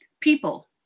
people